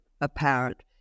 apparent